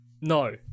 No